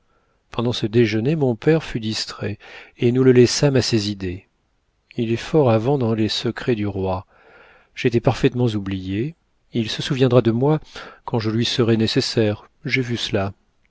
pendant ce déjeuner mon père fut distrait et nous le laissâmes à ses idées il est fort avant dans les secrets du roi j'étais parfaitement oubliée il se souviendra de moi quand je lui serai nécessaire j'ai vu cela